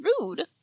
rude